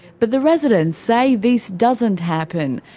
but the residents say this doesn't happen.